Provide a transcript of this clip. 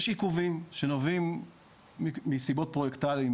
יש עיכובים שנובעים מסיבות פרוייקטאליים,